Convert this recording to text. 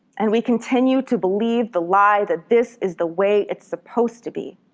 and we continue to believe the lie that this is the way it's supposed to be.